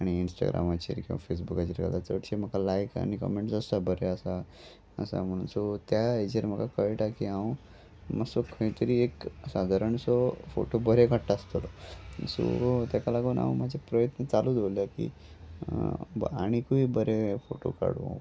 आनी इंस्टाग्रामाचेर किंवा फेसबुकाचेर चडशे म्हाका लायक आनी कमेंट्स आसता बरे आसा आसा म्हण सो त्या हेचेर म्हाका कळटा की हांव मातसो खंय तरी एक सादारण सो फोटो बरे काडटा आसतलो सो तेका लागून हांव म्हाजे प्रयत्न चालूच दवरल्या की आनीकूय बरे फोटो काडूं